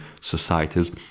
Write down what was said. societies